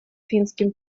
финским